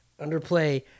underplay